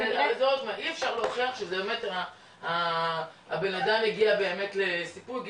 אי אפשר להוכיח שזה באמת הבנאדם הגיע באמת לסיפוק,